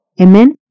Amen